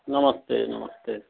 नमस्ते नमस्ते